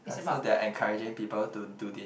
[huh] so they're encouraging people to do this